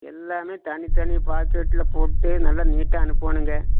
எல்லாமே தனி தனி பாக்கெட்டில் போட்டு நல்லா நீட்டாக அனுப்பணுங்க